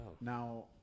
now